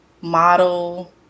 model